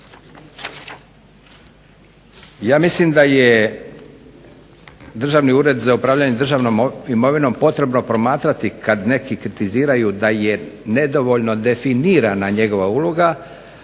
Ja mislim da je Državni ured za upravljanje državnom imovinom potrebno promatrati, kad neki kritiziraju da je nedovoljno definirana njegova uloga